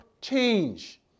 change